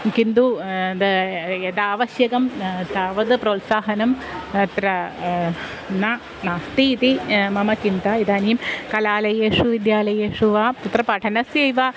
किन्तु तद् यदा आवश्यकं तावद् प्रोत्साहनं अत्र न नास्ति इति मम चिन्ता इदानीं कलालयेषु विद्यालयेषु वा तत्र पठनस्यैव